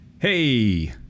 Hey